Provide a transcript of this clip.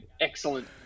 Excellent